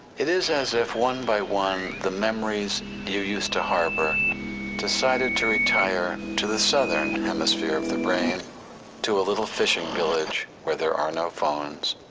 it is as if, one by one, the memories you used to harbor and decided to retire and to the southern hemisphere of the brain to a little fishing village where there are no phones.